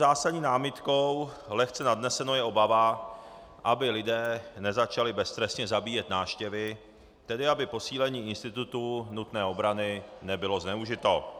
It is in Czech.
Tou zásadní námitkou, lehce nadnesenou, je obava, aby lidé nezačali beztrestně zabíjet návštěvy, tedy aby posílení institutu nutné obrany nebylo zneužito.